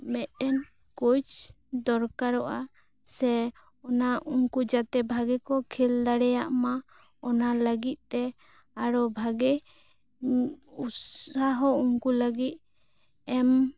ᱢᱤᱫᱴᱮᱱ ᱠᱳᱪ ᱫᱚᱨᱠᱟᱨᱚᱜᱼᱟ ᱥᱮ ᱚᱱᱟ ᱩᱱᱠᱩ ᱡᱟᱛᱮ ᱵᱷᱟᱜᱮ ᱠᱚ ᱠᱷᱮᱞ ᱫᱟᱲᱣᱭᱟᱜ ᱢᱟ ᱚᱱᱟ ᱞᱟᱹᱜᱤᱫ ᱛᱮ ᱟᱨᱚ ᱵᱷᱟᱜᱮ ᱩᱥᱨᱟᱦᱚ ᱩᱱᱠᱩ ᱞᱟᱹᱜᱤᱫ ᱮᱢ